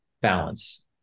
balance